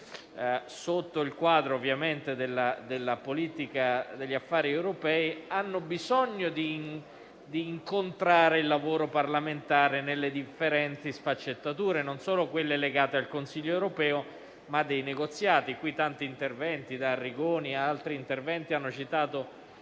sotto il quadro della politica degli affari europei hanno bisogno di incontrare il lavoro parlamentare nelle sue differenti sfaccettature, non solo quelle legate al Consiglio europeo, ma anche nei negoziati. In tanti interventi, come quello del senatore